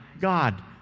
God